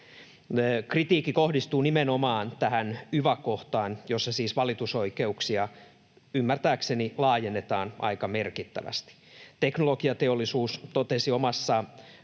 Kritiikki kohdistuu nimenomaan tähän yva-kohtaan, jossa siis valitusoikeuksia ymmärtääkseni laajennetaan aika merkittävästi. Teknologiateollisuus totesi omassa